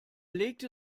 legte